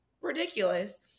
ridiculous